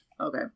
Okay